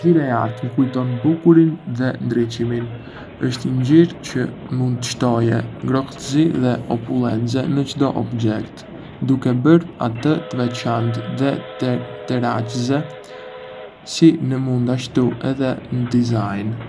Ngjyra e artë më kujton bukurinë dhe ndriçimin. Është një ngjyrë çë mund të shtojë ngrohtësi dhe opulence në çdo objekt, duke e bërë atë të veçantë dhe tërheçëse, si në modë ashtu edhe në dizajn.